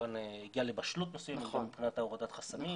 הגיע לבשלות מסוימת גם מבחינת הורדת החסמים,